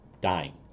dying